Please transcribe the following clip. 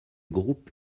groupe